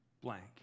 blank